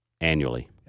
annually